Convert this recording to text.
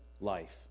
life